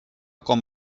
com